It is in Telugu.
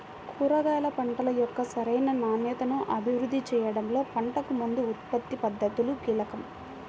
కూరగాయ పంటల యొక్క సరైన నాణ్యతను అభివృద్ధి చేయడంలో పంటకు ముందు ఉత్పత్తి పద్ధతులు కీలకం